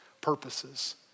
purposes